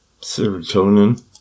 serotonin